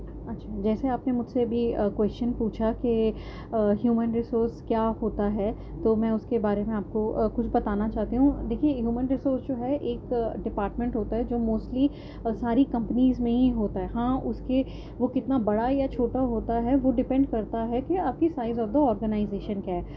اچھا جیسے آپ نے مجھ سے ابھی کوئسچن پوچھا کہ ہیومن ریسورس کیا ہوتا ہے تو میں اس کے بارے میں آپ کو کچھ بتانا چاہتی ہوں دیکھیے ہیومن ریسورس جو ہے ایک ڈپارٹمنٹ ہوتا ہے جو موسٹلی ساری کمپنیز میں ہی ہوتا ہے ہاں اس کے وہ کتنا بڑا یا چھوٹا ہوتا ہے وہ ڈپنڈ کرتا ہے کہ آپ کی سائز آف دی آرگنائزیشن کیا ہے